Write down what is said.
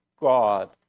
God